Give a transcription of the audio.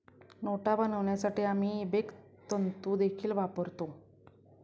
नोटा बनवण्यासाठी आम्ही इबेक तंतु देखील वापरतो